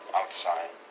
outside